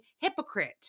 hypocrite